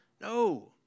No